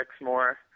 more